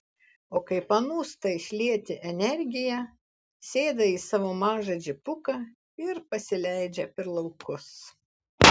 o kai panūsta išlieti energiją sėda į savo mažą džipuką ir pasileidžia per laukus